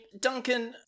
Duncan